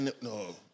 no